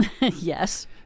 Yes